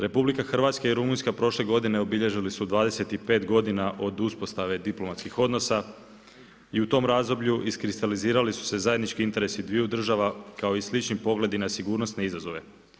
RH i Rumunjska, prošle godine, obilježili su 25 g. od uspostave diplomatskih odnosa i u tom razdoblju iskristalizirali su se zajednički interesi dviju država kao i slični pogledi na sigurnosne izazove.